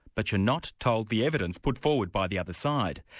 but you're not told the evidence put forward by the other side.